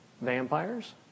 vampires